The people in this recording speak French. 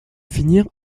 finir